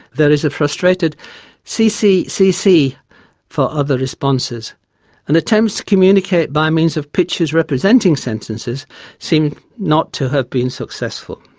there is a frustrated si, si si si' for other responses and attempts to communicate by means of pictures representing sentences seem not to have been successful.